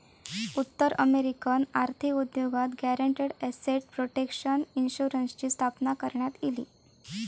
उत्तर अमेरिकन आर्थिक उद्योगात गॅरंटीड एसेट प्रोटेक्शन इन्शुरन्सची स्थापना करण्यात इली